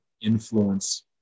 influence